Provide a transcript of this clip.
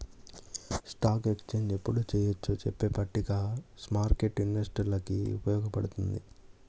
stock exchange ఎప్పుడు చెయ్యొచ్చో చెప్పే పట్టిక స్మార్కెట్టు ఇన్వెస్టర్లకి ఉపయోగపడుతుంది